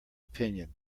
opinion